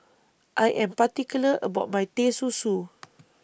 I Am particular about My Teh Susu